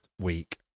week